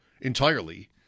entirely